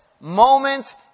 moment